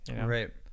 right